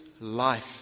life